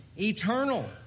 eternal